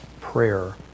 prayer